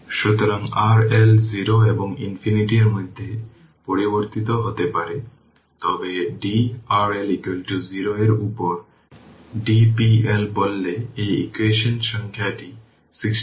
সুতরাং এখানে সার্কিটটি দেখুন Vx হল 0 এটি আসলে 1 একটি লেখার ত্রুটি এখানে আসলে এটি 8